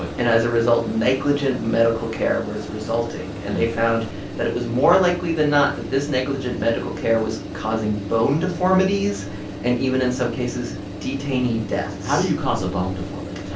and as a result, negligent medical care was resulting. and they found that it was more likely than not that this negligent medical care was causing bone deformities and even in some cases detainee deaths how do you cause a bone deformity, tom?